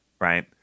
right